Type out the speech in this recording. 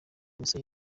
musa